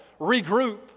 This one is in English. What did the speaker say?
regroup